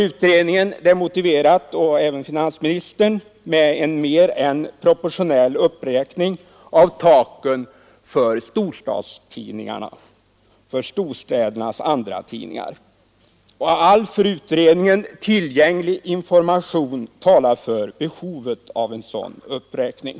Utredningen — och även finansministern — anser det motiverat med en mer än proportionell uppräkning av taken för storstädernas andratidningar, och all för utredningen tillgänglig information talar för behovet av sådan uppräkning.